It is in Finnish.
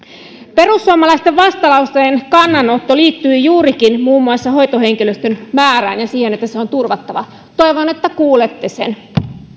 perussuomalaisten vastalauseen kannanotto liittyy juurikin muun muassa hoitohenkilöstön määrään ja siihen että se on turvattava toivon että kuulette sen